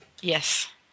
Yes